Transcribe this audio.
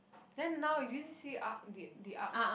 then now do you see arc the the arc